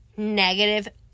negative